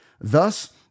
Thus